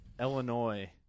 Illinois